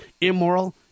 immoral